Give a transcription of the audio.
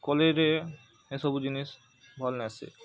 କଲେଜ୍ରେ ଏସବୁ ଜିନିଷ୍ ଭଲ୍ ନାଇଁ ସି